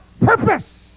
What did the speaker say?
purpose